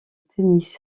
tennis